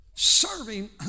Serving